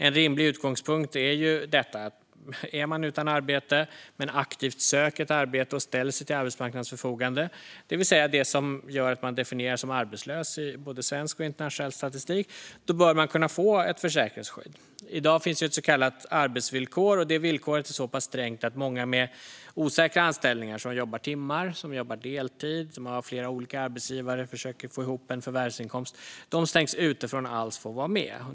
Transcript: En rimlig utgångspunkt är ju att om man är utan arbete men aktivt söker ett arbete och ställer sig till arbetsmarknadens förfogande, det vill säga det som gör att man definieras som arbetslös i både svensk och internationell statistik, då bör man kunna få ett försäkringsskydd. I dag finns ett så kallat arbetsvillkor som är så pass strängt att många med osäkra anställningar stängs ute från att alls få vara med. Det handlar om de som jobbar timmar, som jobbar deltid och som har flera olika arbetsgivare och på så sätt försöker få ihop en förvärvsinkomst.